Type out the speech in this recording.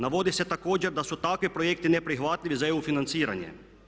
Navodi se također da su takvi projekti neprihvatljivi za EU financiranje.